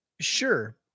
Sure